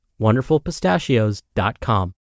WonderfulPistachios.com